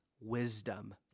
wisdom